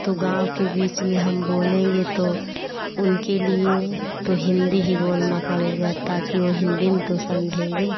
तो गाँव के बीच में हम बोलेंगे तो उनके लिए तो हिन्दी ही बोलना पड़ेगा ताकि वो हिन्दी में तो समझेंगे